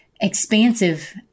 expansive